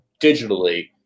digitally